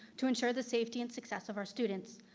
to ensure the safety and success of our students.